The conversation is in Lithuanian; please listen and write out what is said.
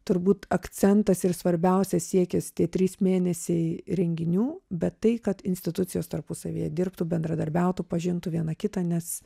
turbūt akcentas ir svarbiausias siekis tie trys mėnesiai renginių bet tai kad institucijos tarpusavyje dirbtų bendradarbiautų pažintų viena kitą nes